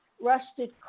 rusted